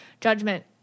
judgment